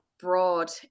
broad